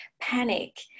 panic